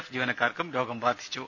F ജീവനക്കാർക്കും രോഗം ബാധിച്ചു